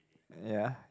yea